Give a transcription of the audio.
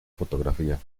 fotografía